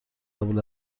قبل